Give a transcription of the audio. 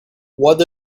what